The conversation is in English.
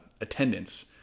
attendance